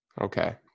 Okay